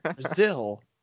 Brazil